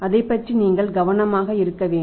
அதைப் பற்றி நீங்கள் கவனமாக இருக்க வேண்டும்